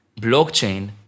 blockchain